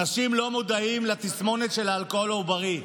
אנשים לא מודעים לתסמונת של אלכוהול עוברי,